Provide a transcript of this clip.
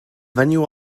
venue